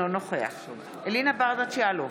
אינו נוכח אלינה ברדץ' יאלוב,